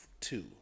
two